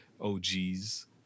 OGs